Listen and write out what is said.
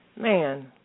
man